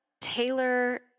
Taylor